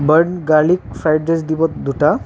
burnt garlic fried rice দিব দুটা